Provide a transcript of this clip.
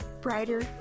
brighter